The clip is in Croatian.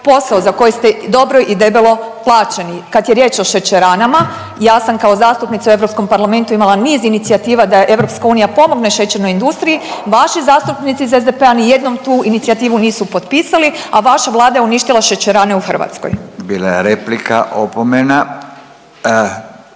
posao za koji ste dobro i debelo plaćeni. Kad je riječ o šećeranama ja sam kao zastupnica u Europskom parlamentu imala niz inicijativa da EU pomogne šećernoj industriji vaši zastupnici iz SDP-a nijednom tu inicijativu potpisali, a vaša vlada je uništila šećerene u Hrvatskoj. **Radin,